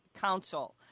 Council